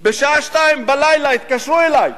בשעה 02:00 התקשרו אלי,